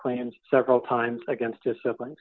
claims several times against discipline